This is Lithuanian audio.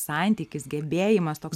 santykis gebėjimas toks